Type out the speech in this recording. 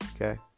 okay